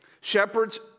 Shepherds